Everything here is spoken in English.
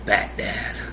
Bat-Dad